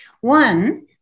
one